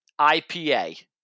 IPA